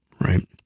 right